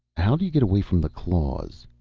how do you get away from the claws?